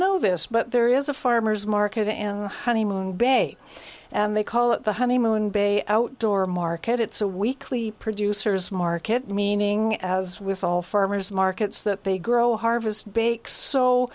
know this but there is a farmer's market and honeymoon bay and they call it the honeymoon bay outdoor market it's a weekly producer's market meaning as with all farmers markets that they grow harvest bakes so